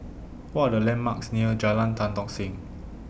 What Are The landmarks near Jalan Tan Tock Seng